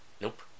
Nope